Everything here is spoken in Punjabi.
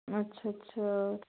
ਅੱਛਾ ਅੱਛਾ